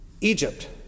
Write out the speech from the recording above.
Egypt